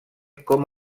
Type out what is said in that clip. com